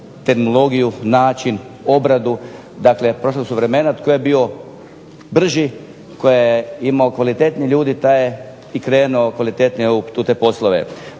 terminologiju, način, obradu dakle prošla su vremena tko je bio brži, tko je imao kvalitetnije ljude, taj je krenuo kvalitetnije u te poslove.